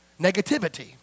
negativity